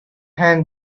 hand